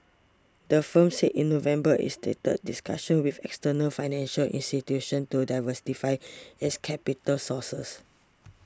the firm said in November it's started discussions with external financial institutions to diversify its capital sour sources